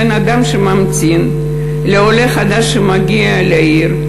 בן-אדם שממתין לעולה החדש שמגיע לעיר.